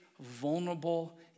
vulnerable